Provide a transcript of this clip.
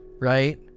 right